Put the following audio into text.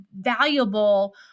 valuable